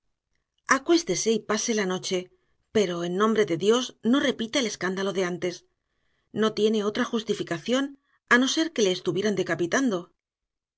acuéstese y pase la noche pero en nombre de dios no repita el escándalo de antes no tiene otra justificación a no ser que le estuvieran decapitando